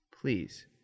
please